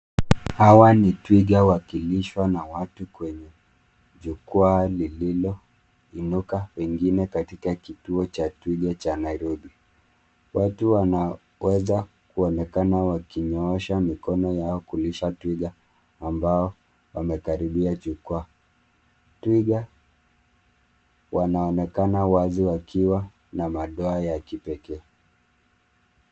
Hawa ni twiga wakilishwa na watu kwenye jukwaa lililoinuka pengine katika kituo cha twiga cha Nairobi. Watu wanaweza kuonekana wakinyoosha mikono yao kulisha twiga ambao wamekaribia jukwaa. Twiga wanaonekana wazi wakiwa na madoa ya kipekee.